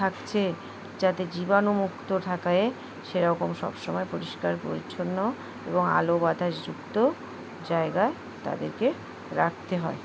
থাকছে যাতে জীবাণুমুক্ত থাকায় সেরকম সব সময় পরিষ্কার পরিচ্ছন্ন এবং আলো বাতাসযুক্ত জায়গায় তাদেরকে রাখতে হয়